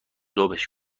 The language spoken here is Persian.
ذوبش